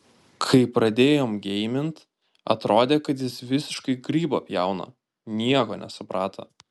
kai pradėjom geimint atrodė kad jis visiškai grybą pjauna nieko nesuprato